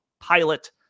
pilot